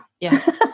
Yes